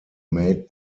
made